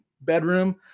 bedroom